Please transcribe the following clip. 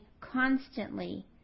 constantly